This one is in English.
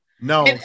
No